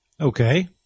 Okay